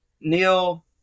Neil